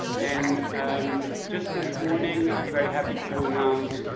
and just this morning, i'm very happy to announce,